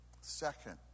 second